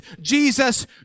Jesus